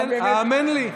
האמן לי.